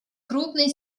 крупные